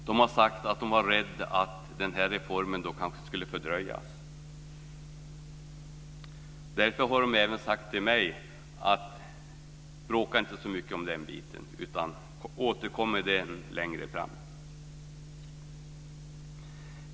De har sagt sig vara rädda att den här reformen då kanske skulle fördröjas. Därför har de även sagt till mig: Bråka inte så mycket om den biten, utan återkom med den längre fram!